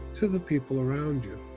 to the people around you.